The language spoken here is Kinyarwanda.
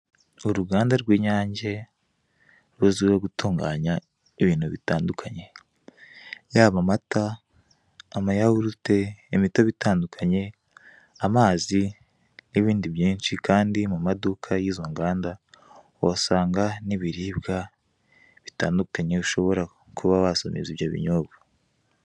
Uruganda rw'inyange ruzwiho gutunganya ibintu bitandukanye, yaba amata, amayawurute, imitobe itandukanye, amazi n'ibindi byinshi, kandi mu maduka y'izo nganda uhasanga n'ibiribwa bitandukanye ushobora kuba wasomeza ibyo binyobwa.